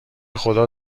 خدا